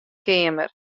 keamer